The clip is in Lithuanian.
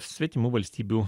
svetimų valstybių